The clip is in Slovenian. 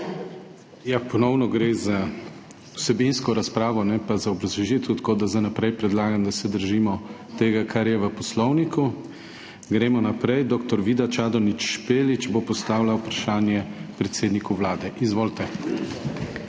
Ja, ponovno gre za vsebinsko razpravo ne pa za obrazložitev. Tako da za naprej predlagam, da se držimo tega, kar je v Poslovniku. Gremo naprej. Dr. Vida Čadonič Špelič bo postavila vprašanje predsedniku Vlade. Izvolite.